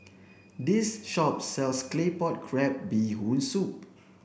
this shop sells claypot crab bee hoon soup